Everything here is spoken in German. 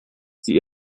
die